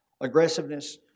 aggressiveness